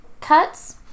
cuts